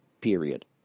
period